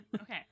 Okay